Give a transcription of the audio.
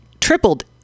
tripled